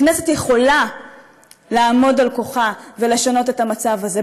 הכנסת יכולה לעמוד על כוחה ולשנות את המצב הזה,